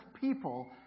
people